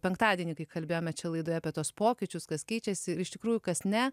penktadienį kai kalbėjome čia laidoje apie tuos pokyčius kas keičiasi iš tikrųjų kas ne